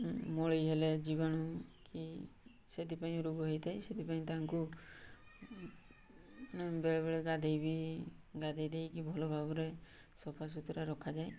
ମଳି ହେଲେ ଜୀବାଣୁ କି ସେଥିପାଇଁ ରୋଗ ହେଇଥାଏ ସେଥିପାଇଁ ତାଙ୍କୁ ମାନେ ବେଳେବେଳେ ଗାଧେଇବି ଗାଧେଇ ଦେଇକି ଭଲ ଭାବରେ ସଫା ସୁତୁରା ରଖାଯାଏ